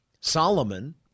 Solomon